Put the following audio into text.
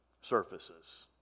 surfaces